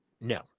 No